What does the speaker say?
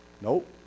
Nope